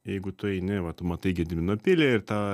jeigu tu eini va tu matai gedimino pilį ir ta